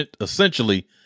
essentially